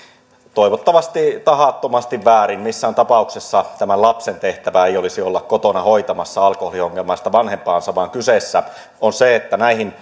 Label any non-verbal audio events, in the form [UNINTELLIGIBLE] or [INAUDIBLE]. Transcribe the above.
toivottavasti tahattomasti väärin missään tapauksessa tämän lapsen tehtävä ei olisi olla kotona hoitamassa alkoholiongelmaista vanhempaansa vaan kyseessä on se että näihin [UNINTELLIGIBLE]